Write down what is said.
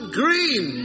green